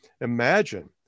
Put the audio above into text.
Imagine